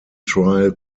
trial